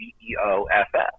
G-E-O-F-F